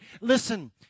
Listen